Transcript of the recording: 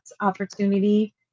opportunity